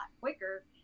quicker